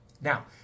now